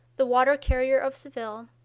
the water-carrier of seville,